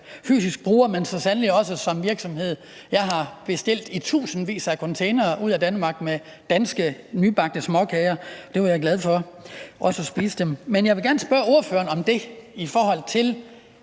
fysisk bruger, men så sandelig også som virksomhed. Jeg har bestilt i tusindvis af containere ud af Danmark med danske nybagte småkager. Det var jeg glad for, også for at spise dem. Men jeg vil gerne spørge ordføreren om det i forhold til